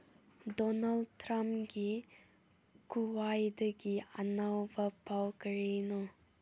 Donald ꯇ꯭ꯔꯝꯒꯤ ꯈ꯭ꯋꯥꯏꯗꯒꯤ ꯑꯅꯧꯕ ꯄꯥꯎ ꯀꯔꯤꯅꯣ